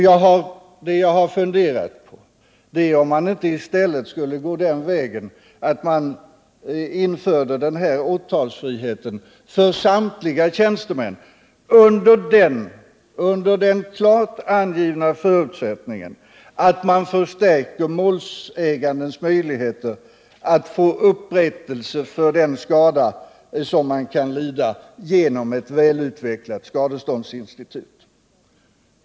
Jag har funderat på om man inte i stället skulle gå den vägen att man införde den här åtalsfriheten för samtliga tjänstemän under den klart angivna förutsättningen att man förstärker målsägandens möjligheter att få upprättelse för skada han lidit genom ett välutvecklat skadeståndsinstitut.